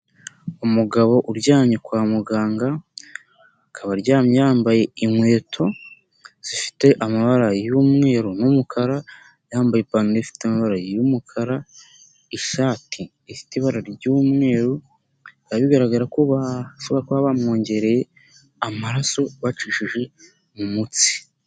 Umugabo uryamye kwa muganga, akaba aryamye yambaye inkweto zifite amabara y'umweru n'umukara, yambaye ipantaro ifite y'umukara, ishati ifite ibara ry'umweru, bikaba bigaragara ko bashobora kuba bamwongereye amaraso bacishije mu mutsi.